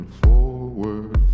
forward